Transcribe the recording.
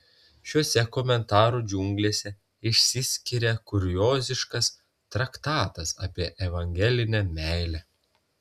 šiose komentarų džiunglėse išsiskiria kurioziškas traktatas apie evangelinę meilę